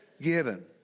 given